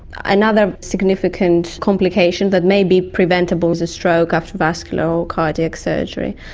another significant complication that may be preventable is a stroke after vascular or cardiac surgery,